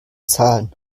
zahlen